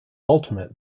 ultimate